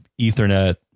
Ethernet